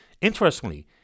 Interestingly